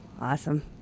Awesome